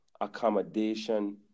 accommodation